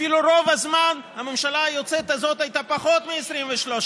אפילו רוב הזמן הממשלה היוצאת הזאת הייתה פחות מ-23,